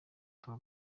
ata